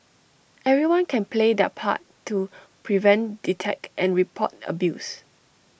everyone can play their part to prevent detect and report abuse